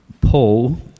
Paul